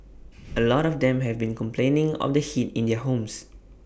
A lot of them have been complaining of the heat in their homes